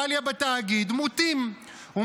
התאגיד --- ביקרתי.